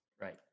Right